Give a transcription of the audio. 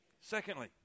Secondly